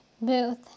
booth